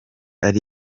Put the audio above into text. ari